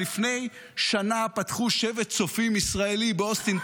לפני שנה פתחו שבט צופים ישראלי באוסטין,